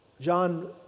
John